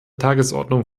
tagesordnung